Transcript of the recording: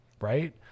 right